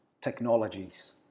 technologies